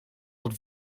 wat